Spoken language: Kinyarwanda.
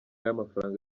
y’amafaranga